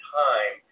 time